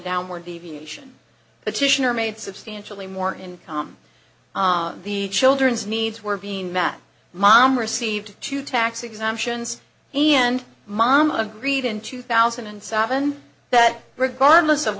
downward deviation petitioner made substantially more income the children's needs were being met mom received two tax exemptions and mom agreed in two thousand and seven that regardless of